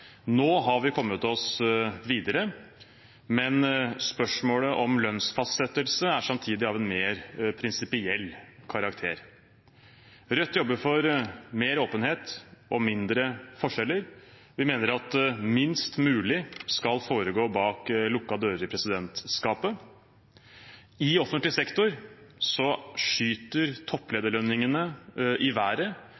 Nå har vi kommet oss videre, men spørsmålet om lønnsfastsettelse er samtidig av en mer prinsipiell karakter. Rødt jobber for mer åpenhet og mindre forskjeller. Vi mener at minst mulig skal foregå bak lukkede dører i presidentskapet. I offentlig sektor skyter